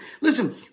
Listen